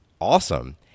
awesome